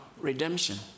redemption